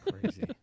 Crazy